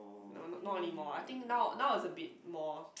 no not not only mall I think now now is a bit more